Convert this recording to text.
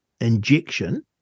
injection